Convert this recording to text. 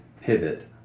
pivot